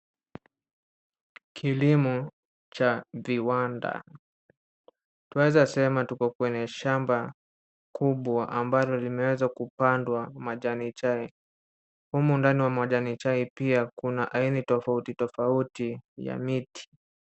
Kilimo cha viwanda. Twaeza sema tuko kwenye shamba kubwa ambalo limewezwa kupandwa majani chai. Humu ndani wa majani chai pia kuna aina tofauti tofauti ya miti.